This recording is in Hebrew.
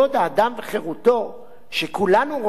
שכולנו רואים בו את גולת הכותרת